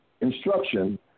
instruction